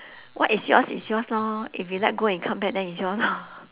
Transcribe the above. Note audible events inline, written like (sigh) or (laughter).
what is yours is yours lor if you let go and it come back then it's yours lor (laughs)